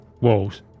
walls